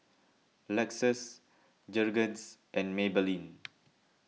Lexus Jergens and Maybelline